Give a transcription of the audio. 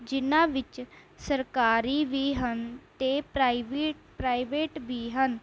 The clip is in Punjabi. ਜਿਨ੍ਹਾਂ ਵਿੱਚ ਸਰਕਾਰੀ ਵੀ ਹਨ ਅਤੇ ਪ੍ਰਾਈਵੀਟ ਪ੍ਰਾਈਵੇਟ ਵੀ ਹਨ